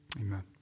Amen